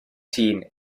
siin